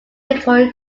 victoria